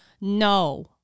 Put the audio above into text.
No